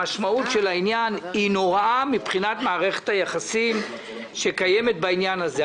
המשמעות של העניין היא נוראה מבחינת מערכת היחסים שקיימת בעניין הזה.